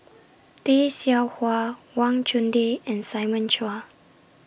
Tay Seow Huah Wang Chunde and Simon Chua